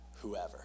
whoever